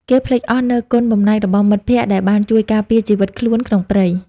គេភ្លេចអស់នូវគុណបំណាច់របស់មិត្តភក្តិដែលបានជួយការពារជីវិតខ្លួនក្នុងព្រៃ។